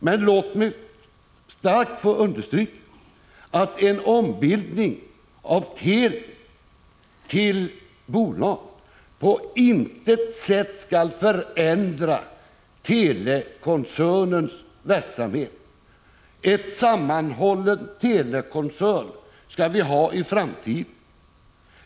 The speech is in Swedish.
Men låt mig kraftigt få understryka att en ombildning av Teli till bolag på intet sätt skall förändra telekoncernens verksamhet. Vi skall ha en sammanhållen telekoncern i framtiden.